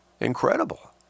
Incredible